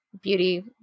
beauty